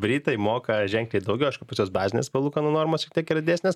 britai moka ženkliai daugiau pas juos bazinės palūkanų normos vis tiek yra desnės